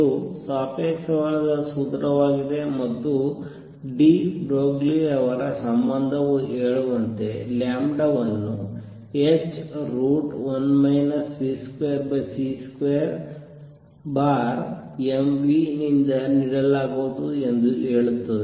ಇದು ಸಾಪೇಕ್ಷವಲ್ಲದ ಸೂತ್ರವಾಗಿದೆ ಮತ್ತು ಡಿ ಬ್ರೊಗ್ಲಿ ರವರ ಸಂಬಂಧವು ಹೇಳುವಂತೆ ಲ್ಯಾಂಬ್ಡಾ ವನ್ನು h1 v2c2mv ನಿಂದ ನೀಡಲಾಗುವುದು ಎಂದು ಹೇಳುತ್ತದೆ